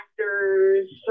actors